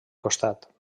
costat